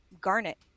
garnet